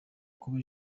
kuba